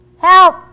Help